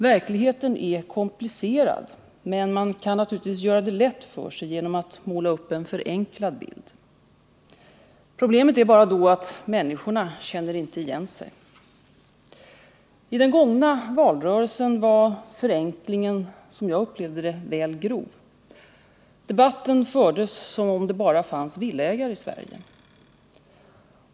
Verkligheten är komplicerad, men man kan naturligtvis göra det lätt för sig genom att måla upp en förenklad bild. Problemet är bara då att människorna inte känner igen sig. I den gångna valrörelsen var förenklingarna som jag upplevde det väl grova. Debatten fördes som om det bara fanns villaägare i Sverige.